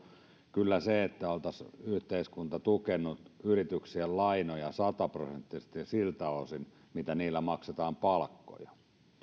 kyllä se että yhteiskunta olisi tukenut yrityksien lainoja sataprosenttisesti siltä osin mitä niillä maksetaan palkkoja